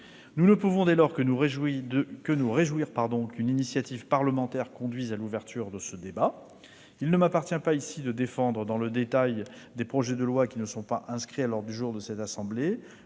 Nous ne pouvons dès lors que nous réjouir qu'une initiative parlementaire conduise à l'ouverture de ce débat. Il ne m'appartient pas ici de défendre dans le détail des projets de loi qui ne sont pas inscrits à l'ordre du jour de cette assemblée.